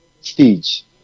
stage